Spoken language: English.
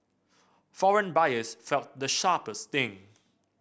foreign buyers felt the sharpest sting